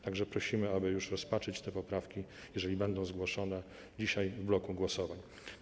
Tak więc prosimy, aby już rozpatrzyć te poprawki, jeżeli będą zgłoszone, dzisiaj w bloku głosowań.